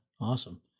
Awesome